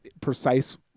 precise